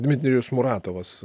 dmitrijus muratovas